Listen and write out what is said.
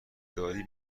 داری